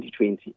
2020